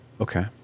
Okay